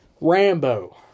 Rambo